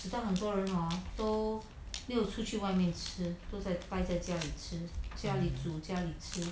mmhmm